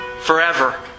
forever